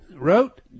wrote